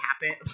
happen